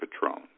Patron